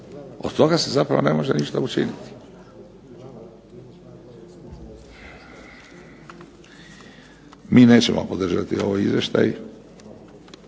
Od toga se ne može ništa učiniti. Mi nećemo podržati ovaj izvještaj.